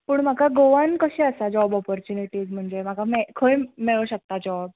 पूण म्हाका गोवान कशे आसा जॉब ऑपॉरचुनिटीज म्हणजे म्हाका मे खंय मेळो शकता जॉब